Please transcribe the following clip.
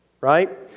right